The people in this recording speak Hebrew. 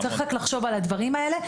צריך לחשוב על הדברים האלה.